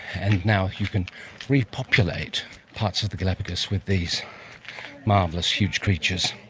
and now you can repopulate parts of the galapagos with these marvellous huge creatures.